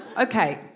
Okay